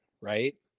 right